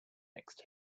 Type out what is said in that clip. next